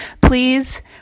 please